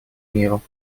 миру